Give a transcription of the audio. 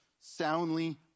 soundly